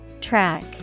track